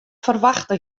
ferwachte